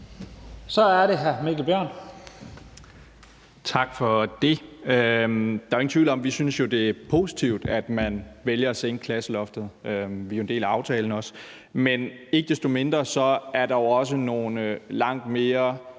Kl. 14:42 Mikkel Bjørn (DF): Tak for det. Der er ingen tvivl om, at vi jo synes, det er positivt, at man vælger at sænke klasseloftet. Vi er jo en del af aftalen også. Men ikke desto mindre er der også nogle langt mere